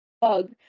bug